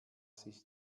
sich